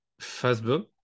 Facebook